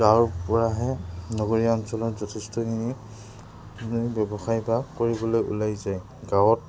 গাঁৱৰ পৰাহে নগৰীয়া অঞ্চলত যথেষ্টখিনি ব্যৱসায় বা কৰিবলৈ ওলাই যায় গাঁৱত